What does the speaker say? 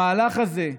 המהלך הזה,